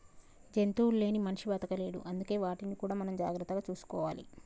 జంతువులు లేని మనిషి బతకలేడు అందుకే వాటిని కూడా మనం జాగ్రత్తగా చూసుకోవాలి